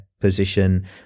position